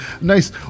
nice